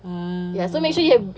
ah